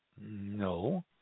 No